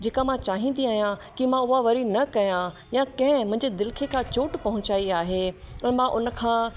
जेका मां चाहींदी आहियां कि मां वरी उहा न कयां या कंहिं मुंहिंजे दिल खे चोट पहुचाई आहे पोइ मां उन खां